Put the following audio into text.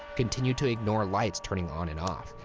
continued to ignore lights turning on and off,